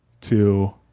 two